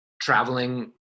traveling